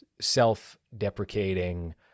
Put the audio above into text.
self-deprecating